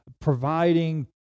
providing